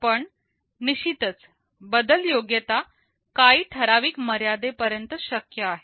पण निश्चितच बदल योग्यता काही ठराविक मर्यादेपर्यंतच शक्य आहे